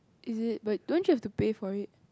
is it but don't you have to pay for it